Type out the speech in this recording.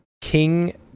king